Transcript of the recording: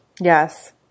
Yes